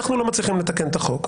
אנחנו לא מצליחים לתקן את החוק,